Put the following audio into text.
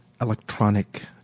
electronic